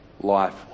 life